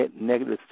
negative